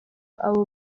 abo